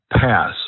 pass